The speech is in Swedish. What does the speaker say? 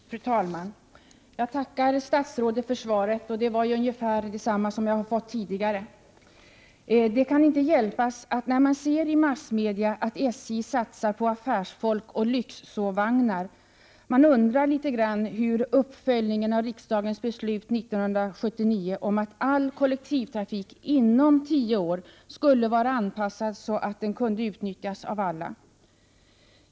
Fru talman! Jag tackar statsrådet för svaret. Det är ungefär samma svar som jag fått tidigare. Det kan inte hjälpas att man, när man ser i massmedia att SJ satsar på affärsfolk och ”lyxsovvagnar”, undrar litet grand över uppföljningen av riksdagens beslut 1979 — dvs. att all kollektivtrafik inom 127 loppet av tio år skulle anpassas så, att den kunde utnyttjas av alla.